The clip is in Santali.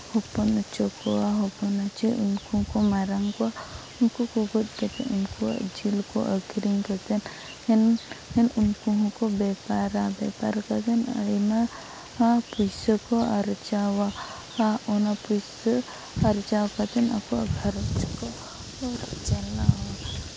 ᱦᱚᱯᱚᱱ ᱦᱚᱪᱚ ᱠᱚᱣᱟ ᱦᱚᱯᱚᱱ ᱦᱚᱪᱚ ᱥᱮ ᱩᱱᱠᱩ ᱠᱚ ᱢᱟᱨᱟᱝ ᱠᱚᱣᱟ ᱩᱱᱠᱩ ᱠᱚ ᱜᱚᱡ ᱠᱟᱛᱮᱫ ᱡᱤᱞ ᱠᱚ ᱟᱹᱠᱨᱤᱧ ᱠᱟᱛᱮᱫ ᱠᱷᱟᱱ ᱩᱱᱠᱩ ᱦᱚᱸ ᱠᱚ ᱵᱮᱯᱟᱨᱟ ᱵᱮᱯᱟᱨ ᱠᱟᱛᱮᱫ ᱟᱭᱢᱟ ᱯᱩᱭᱥᱟᱹ ᱠᱚ ᱟᱨᱡᱟᱣᱟ ᱟᱨ ᱚᱱᱟ ᱯᱩᱭᱥᱟᱹ ᱟᱨᱡᱟᱣ ᱠᱟᱛᱮᱫ ᱟᱠᱚᱣᱟᱜ ᱜᱷᱟᱨᱚᱸᱡᱽ ᱠᱚ ᱪᱟᱞᱟᱣᱟ